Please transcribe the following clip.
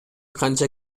канча